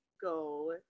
Go